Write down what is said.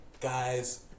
guys